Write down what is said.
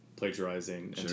plagiarizing